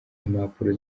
impapuro